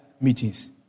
meetings